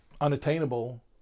unattainable